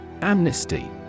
Amnesty